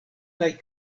kaj